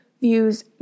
views